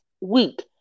week